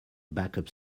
backup